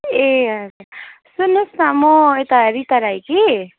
ए सुन्नुहोस् न म यता रीता राई कि